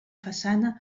façana